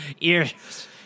ears